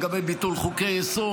לגבי ביטול חוקי-יסוד,